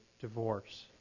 divorce